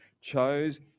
chose